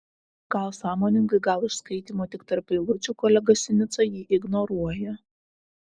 gal sąmoningai gal iš skaitymo tik tarp eilučių kolega sinica jį ignoruoja